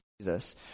Jesus